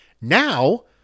Now